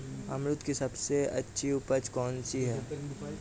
अमरूद की सबसे अच्छी उपज कौन सी है?